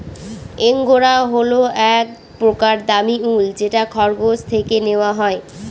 angora হল এক প্রকার দামী উল যেটা খরগোশ থেকে নেওয়া হয়